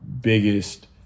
biggest